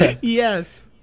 Yes